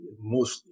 mostly